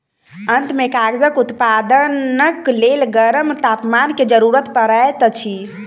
अंत में कागजक उत्पादनक लेल गरम तापमान के जरूरत पड़ैत अछि